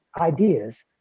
ideas